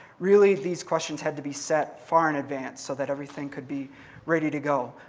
really, these questions had to be set far in advance so that everything could be ready to go.